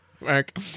Mark